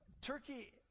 Turkey